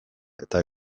eta